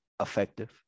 effective